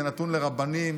זה נתון לרבנים.